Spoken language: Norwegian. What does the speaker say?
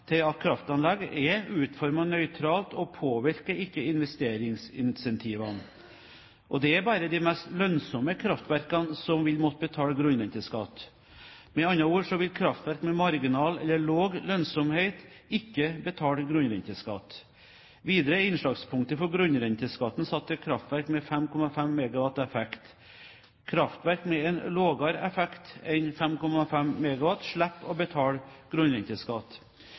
kraftanlegg, er utformet nøytralt og påvirker ikke investeringsincentivene, og det er bare de mest lønnsomme kraftverkene som vil måtte betale grunnrenteskatt. Med andre ord vil kraftverk med marginal eller lav lønnsomhet ikke betale grunnrenteskatt. Videre er innslagspunktet for grunnrenteskatten satt til kraftverk med 5,5 MW effekt. Kraftverk med en lavere effekt enn 5,5 MW slipper å betale